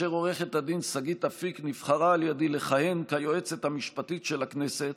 כאשר עו"ד שגית אפיק נבחרה על ידי לכהן כיועצת המשפטית של הכנסת,